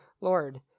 Lord